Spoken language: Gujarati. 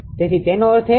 તેથી તેનો અર્થ એ કે